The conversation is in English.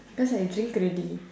cause I drink already